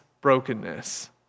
brokenness